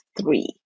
three